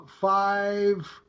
five